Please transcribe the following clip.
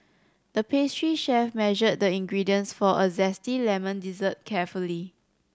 the pastry chef measured the ingredients for a zesty lemon dessert carefully